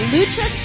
Lucha